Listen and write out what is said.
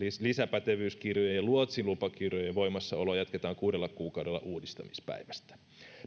lisäpätevyyskirjojen ja luotsilupakirjojen voimassaoloa jatketaan kuudella kuukaudella uudistamispäivästä